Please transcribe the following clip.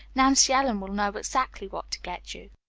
nancy ellen will know exactly what to get you.